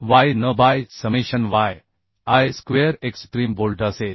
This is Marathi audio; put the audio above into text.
yn by summation yi square extreme bolt असेल